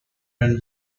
and